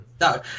no